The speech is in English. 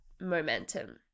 momentum